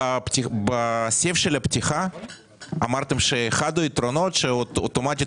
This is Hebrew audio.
בסעיף של הפתיחה אמרתם שאחד היתרונות שאוטומטית